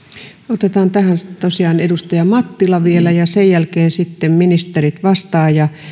otetaan tähän tosiaan edustaja mattila vielä ja sen jälkeen sitten ministerit vastaavat ja